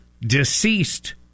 deceased